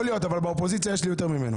יכול להיות אבל באופוזיציה יש לי יותר ממנו.